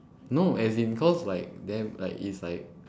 no as in cause like then like is like